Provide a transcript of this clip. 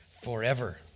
Forever